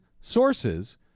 sources